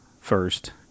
first